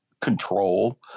control